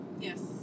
Yes